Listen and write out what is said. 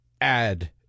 add